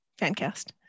fancast